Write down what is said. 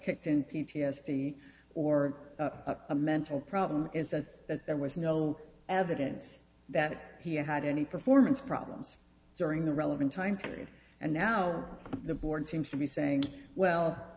kicked in p t s d or a mental problem is that there was no evidence that he had any performance problems during the relevant time period and now the board seems to be saying well